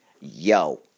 yo